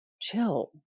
chill